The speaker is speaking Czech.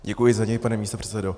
Děkuji za něj, pane místopředsedo.